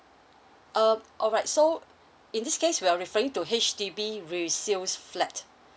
uh alright so in this case you are referring to H_D_B resales flat